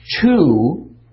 Two